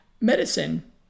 Medicine